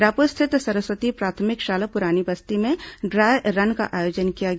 रायपुर स्थित सरस्वती प्राथमिक शाला पुरानी बस्ती में ड्राय रन का आयोजन किया गया